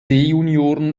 junioren